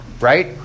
right